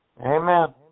Amen